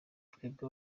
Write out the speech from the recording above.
twebwe